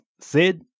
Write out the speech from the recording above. Sid